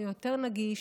ליותר נגיש,